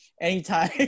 anytime